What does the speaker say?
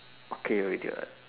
okay already [what]